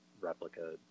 replica